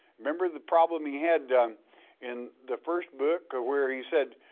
remember the problem he had in the first book where he said,